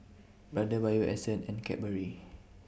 Brother Bio Essence and Cadbury